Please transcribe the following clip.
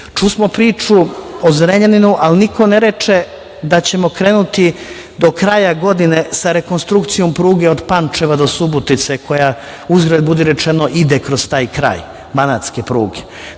priču o Zrenjaninu, ali niko ne reče da ćemo krenuti do kraja godine sa rekonstrukcijom pruge od Pančeva do Subotice koja, uzgred budi rečeno, ide kroz taj kraj, banatske pruge,